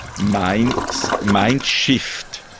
mind so mind shift.